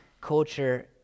culture